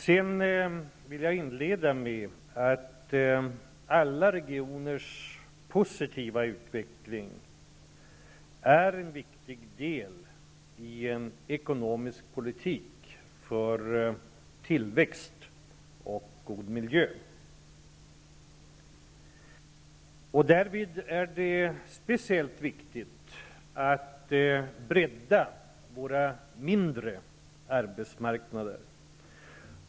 Jag vill inleda med att säga att alla regioners positiva utveckling är en viktig del i en ekonomisk politik för tillväxt och god miljö. Därvid är det speciellt viktigt att bredda våra mindre arbetsmarknader.